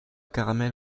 caramel